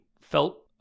felt